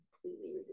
completely